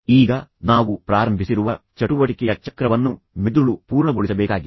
ಈಗ ನಾವು ಪ್ರಾರಂಭಿಸಿರುವ ಚಟುವಟಿಕೆಯ ಚಕ್ರವನ್ನು ಮೆದುಳು ಪೂರ್ಣಗೊಳಿಸಬೇಕಾಗಿದೆ